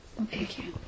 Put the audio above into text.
Okay